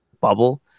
bubble